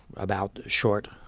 about, short,